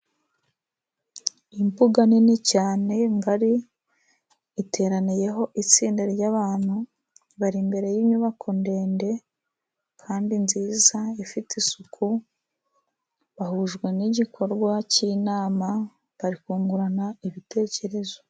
Imbuga nini cyane ngari, iteraniyeho itsinda ry'abantu, bari imbere y'inyubako ndende, kandi nziza ifite isuku, bahujwe n'igikorwa cy'inama, bari kungurana ibitekerezo.